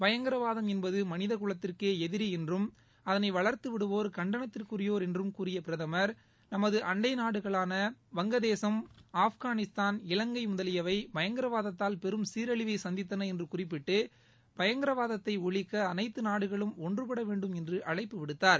பயங்கரவாதம் என்பது மனித குலத்திற்கே எதிரி என்றும் அதனை வளர்த்துவிடுவோர் கண்டனத்துக்குரியோர் என்றும் கூறிய பிரதமர் நமது அண்டை நாடுகளான பங்களாதேஷ் ஆப்கானிஸ்தான் இலங்கை முதலியவை பயங்கரவாதத்தால் பெரும் சீரழிவை சந்தித்தன என்று குறிப்பிட்டு பயங்கரவாதத்தை ஒழிக்க அனைத்து நாடுகளும் ஒன்றுபட வேண்டும் என்று அழைப்பு விடுத்தார்